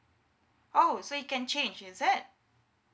oh so you can change is it